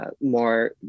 more